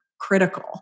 critical